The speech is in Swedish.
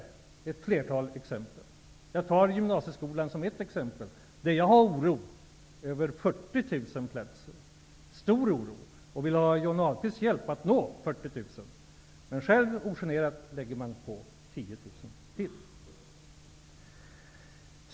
Det finns ett flertal exempel, och gymnasieskolan är ett av dem. Jag hyser oro för 40 000 platser, stor oro, och vill ha Johnny Ahlqvists hjälp att nå 40 000, men Socialdemokraterna lägger ogenerat på 10 000 till.